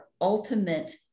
ultimate